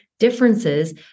differences